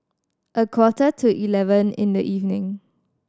a quarter to eleven in the evening